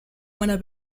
meiner